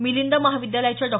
मिलिंद महाविद्यालयाच्या डॉ